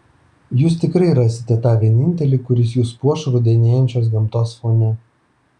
jūs tikrai rasite tą vienintelį kuris jus puoš rudenėjančios gamtos fone